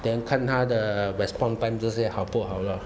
then 看他的 respond time 这些好不好咯